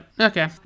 okay